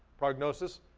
prognosis?